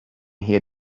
here